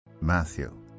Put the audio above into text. Matthew